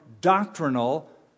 doctrinal